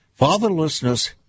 Fatherlessness